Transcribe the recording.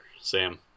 sam